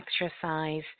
exercise